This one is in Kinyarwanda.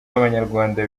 abanyarwanda